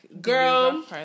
Girl